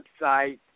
website